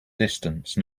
distance